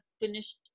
finished